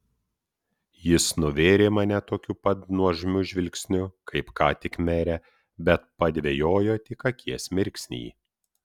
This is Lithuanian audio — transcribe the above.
jis nuvėrė mane tokiu pat nuožmiu žvilgsniu kaip ką tik merę bet padvejojo tik akies mirksnį